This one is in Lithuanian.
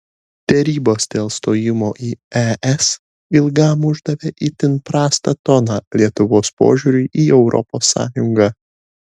derybos dėl stojimo į es ilgam uždavė itin prastą toną lietuvos požiūriui į europos sąjungą